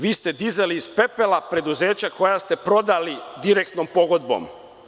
Vi ste dizali iz pepela preduzeća koja ste prodali direktnom pogodbom.